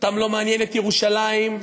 אותם לא מעניינת ירושלים,